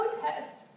protest